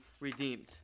redeemed